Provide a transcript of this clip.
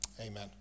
Amen